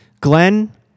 glenn